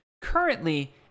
Currently